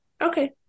okay